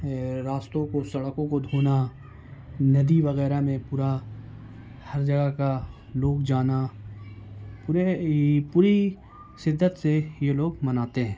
راستوں کو سڑکوں کو دھونا ندی وغیرہ میں پورا ہر جگہ کا لوگ جانا پورے یہ پوری شدت سے یہ لوگ مناتے ہیں